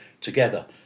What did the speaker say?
together